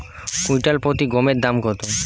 Quintal প্রতি গমের দাম কত?